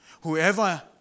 Whoever